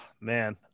man